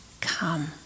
Come